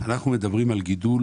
על גידול